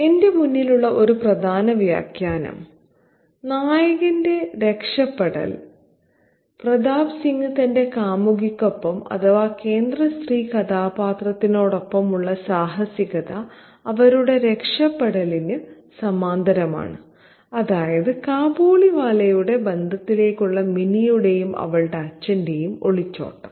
എന്റെ മുന്നിലുള്ള ഒരു പ്രധാന വ്യാഖ്യാനം നായകന്റെ രക്ഷപ്പെടൽ പ്രതാപ് സിംഗ് തന്റെ കാമുകിക്കൊപ്പം അഥവാ കേന്ദ്ര സ്ത്രീ കഥാപാത്രത്തോടൊപ്പമുള്ള സാഹസികത അവരുടെ രക്ഷപ്പെടലിന് സമാന്തരമാണ് അതായത് കാബൂളിവാലയുമായുള്ള ബന്ധത്തിലേക്ക് മിനിയുടെയും അവളുടെ അച്ഛന്റെയും ഒളിച്ചോട്ടം